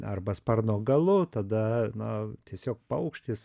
arba sparno galu tada na tiesiog paukštis